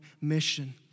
mission